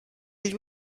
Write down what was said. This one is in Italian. gli